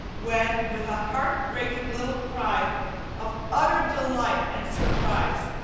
when with a heart-breaking little cry of utter delight and surprise,